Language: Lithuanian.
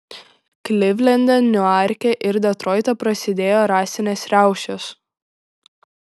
klivlende niuarke ir detroite prasidėjo rasinės riaušės